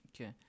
Okay